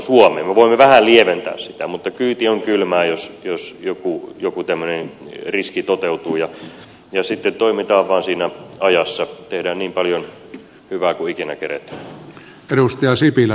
me voimme vähän lieventää sitä mutta kyyti on kylmää jos joku tämmöinen riski toteutuu ja sitten toimitaan vaan siinä ajassa tehdään niin paljon hyvää kuin ikinä keretään